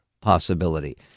possibility